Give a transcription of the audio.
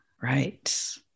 right